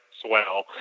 swell